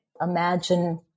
imagine